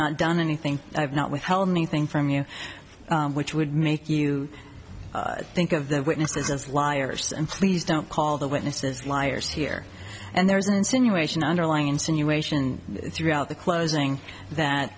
not done anything i've not withheld anything from you which would make you think of the witnesses as liars and please don't call the witnesses liars here and there is an insinuation underlying insinuation throughout the closing that